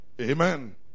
Amen